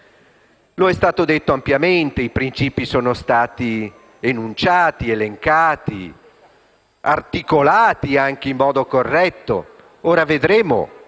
È stato detto ampiamente, i principi sono stati enunciati, elencati e articolati in modo corretto. Ora vedremo